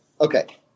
okay